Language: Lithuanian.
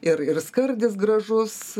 ir ir skardis gražus